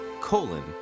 colon